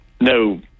no